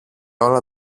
όλα